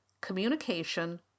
communication